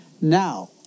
Now